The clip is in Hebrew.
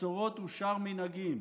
מסורות ושאר נהגים".